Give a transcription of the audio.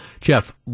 Jeff